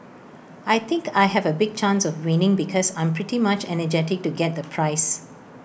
I think I have A big chance of winning because I'm pretty much energetic to get the prize